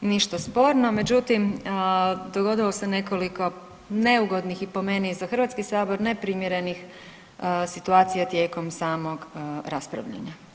ništa sporno, međutim dogodilo se nekoliko neugodnih i po meni za HS neprimjerenih situacija tijekom samog raspravljanja.